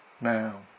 now